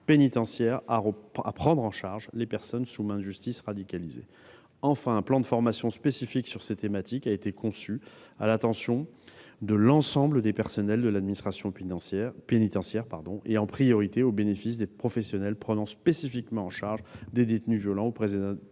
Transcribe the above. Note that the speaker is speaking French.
pénitentiaire à prendre en charge les personnes radicalisées placées sous main de justice. Enfin, un plan de formation spécifique portant sur ces thématiques a été conçu à l'attention de l'ensemble du personnel de l'administration pénitentiaire, en priorité au bénéfice des professionnels prenant spécifiquement en charge des détenus violents ou présentant des signes